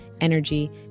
energy